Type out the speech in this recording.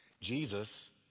Jesus